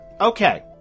Okay